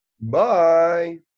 Bye